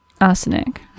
Arsenic